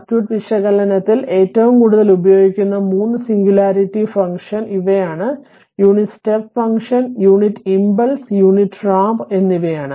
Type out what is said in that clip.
circuit വിശകലനത്തിൽ ഏറ്റവും കൂടുതൽ ഉപയോഗിക്കുന്ന 3 സിംഗുലാരിറ്റി ഫംഗ്ഷൻ ഇവയാണ് unit step function unit impulse unit ramp എന്നിവയാണ്